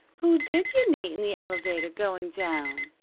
who did you meet in the elevator going down?